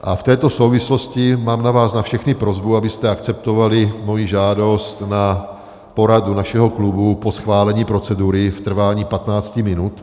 V této souvislosti mám na vás na všechny prosbu, abyste akceptovali moji žádost na poradu našeho klubu po schválení procedury v trvání 15 minut.